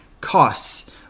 costs